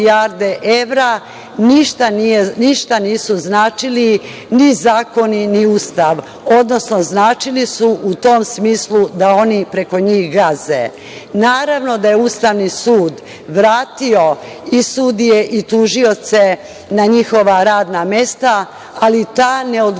ništa nisu značili ni zakoni, ni Ustav, odnosno značili su u tom smislu da oni preko njih gaze. Naravno, da je Ustavni sud vratio i sudije i tužioce na njihova radna mesta, ali ta neodgovornost